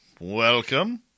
welcome